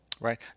right